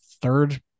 third